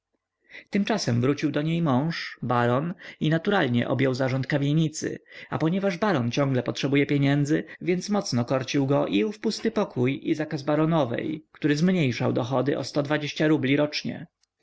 tymczasem wrócił do niej mąż baron i naturalnie objął zarząd kamienicy a ponieważ baron ciągle potrzebuje pieniędzy więc mocno korcił go i ów pusty pokój i zakaz baronowej który zmniejszał dochody o rubli rocznie